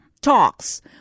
talks